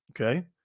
Okay